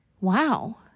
wow